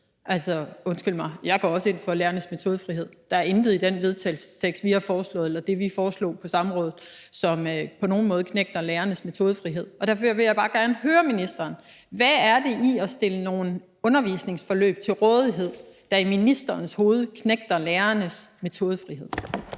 Altså, undskyld mig, jeg går også ind for lærernes metodefrihed. Der er intet i den vedtagelsestekst, vi har foreslået, eller i det, vi foreslog på samrådet, som på nogen måde knægter lærernes metodefrihed. Derfor vil jeg bare gerne høre ministeren: Hvad er det i forhold til at stille nogle undervisningsforløb til rådighed, der i ministerens hoved knægter lærernes metodefrihed?